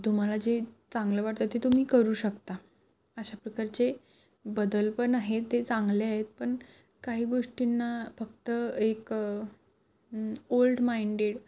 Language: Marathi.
तुम्हाला जे चांगलं वाटतं ते तुम्ही करू शकता अशा प्रकारचे बदल पण आहेत ते चांगले आहेत पण काही गोष्टींना फक्त एक ओल्ड माइंडेड